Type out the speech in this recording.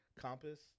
Compass